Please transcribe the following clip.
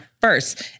first